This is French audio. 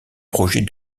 projet